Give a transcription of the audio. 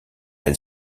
elle